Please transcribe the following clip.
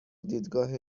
دیدگاه